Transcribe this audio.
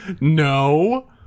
no